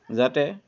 যাতে